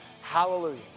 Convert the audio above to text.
hallelujah